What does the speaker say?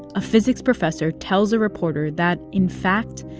a physics professor tells a reporter that, in fact,